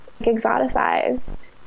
exoticized